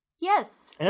Yes